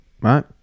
right